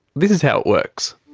this is how it works.